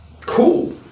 Cool